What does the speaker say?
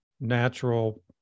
natural